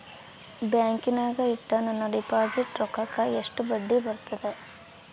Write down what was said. ಬ್ಯಾಂಕಿನಾಗ ಇಟ್ಟ ನನ್ನ ಡಿಪಾಸಿಟ್ ರೊಕ್ಕಕ್ಕ ಎಷ್ಟು ಬಡ್ಡಿ ಬರ್ತದ?